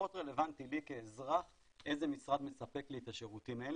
פחות רלוונטי לי כאזרח איזה משרד מספק לי את השירותים האלה,